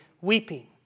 weeping